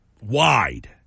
wide